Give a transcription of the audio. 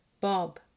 Bob